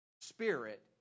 spirit